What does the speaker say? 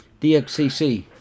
DXCC